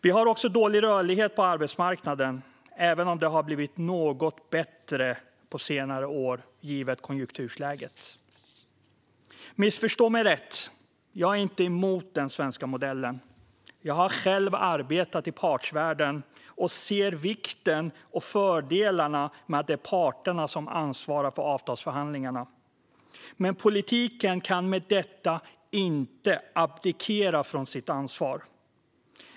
Vi har också dålig rörlighet på arbetsmarknaden, även om den givet konjunkturläget har blivit något bättre på senare år. Missförstå mig rätt - jag är inte emot den svenska modellen. Jag har själv arbetat i partsvärlden och ser vikten av och fördelarna med att det är parterna som ansvarar för avtalsförhandlingarna. Men politiken kan inte med detta abdikera från sitt ansvar.